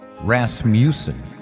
Rasmussen